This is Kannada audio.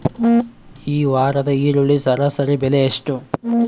ಈ ವಾರದ ಈರುಳ್ಳಿ ಸರಾಸರಿ ಬೆಲೆ ಎಷ್ಟು?